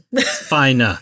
Fine